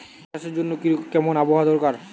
চা চাষের জন্য কেমন আবহাওয়া দরকার?